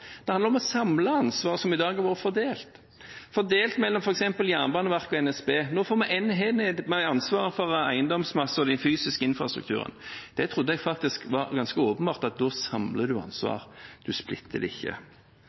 Det handler om å samle ansvar som i dag har vært fordelt, f.eks. mellom Jernbaneverket og NSB. Nå får vi en enhet med ansvar for eiendomsmassene og de fysiske infrastrukturene. Jeg trodde faktisk at det var ganske åpenbart at da samler man ansvar, man splitter ikke. Men det